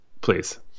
please